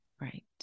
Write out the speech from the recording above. right